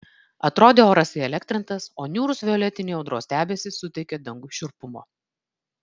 atrodė oras įelektrintas o niūrūs violetiniai audros debesys suteikė dangui šiurpumo